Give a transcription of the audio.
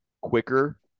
quicker